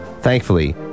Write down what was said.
Thankfully